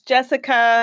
Jessica